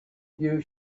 you